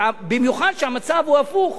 במיוחד כשהמצב הוא הפוך.